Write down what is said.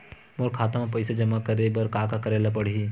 मोर खाता म पईसा जमा करे बर का का करे ल पड़हि?